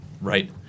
Right